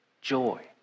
joy